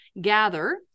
gather